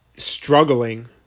struggling